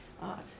art